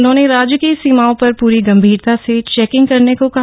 उन्होंने राज्य की सीमाओं पर पूरी गम्भीरता से चेकिंग करने को कहा